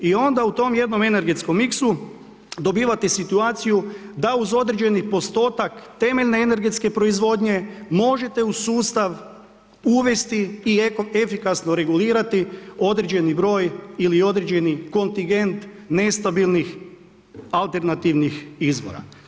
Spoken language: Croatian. I onda u tom jednom energetskom miksu dobivate situaciju da uz određeni postotak temeljne energetske proizvodnje možete u sustav uvesti i efikasno regulirati određeni broj ili određeni kontingent nestabilnih alternativnih izvora.